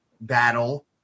battle